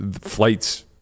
flights